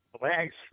Thanks